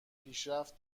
پیشرفت